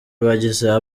abagize